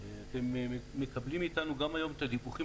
אתם מקבלים מאתנו גם היום את הדיווחים